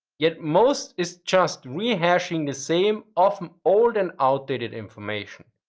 yet, most is just rehashing the same, often old and outdated information.